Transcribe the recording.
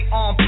on